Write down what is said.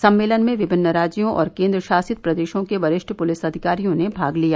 सम्मेलन में विभिन्न राज्यों और केन्द्र शासित प्रदेशों के वरिष्ठ पुलिस अधिकारियों ने भाग लिया